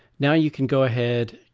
now you can go ahead,